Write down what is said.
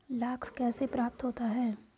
लाख कैसे प्राप्त होता है?